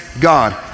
God